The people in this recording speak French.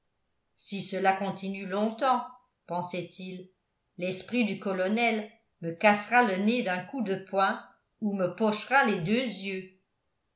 si cela continue longtemps pensait-il l'esprit du colonel me cassera le nez d'un coup de poing ou me pochera les deux yeux